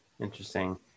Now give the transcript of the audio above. interesting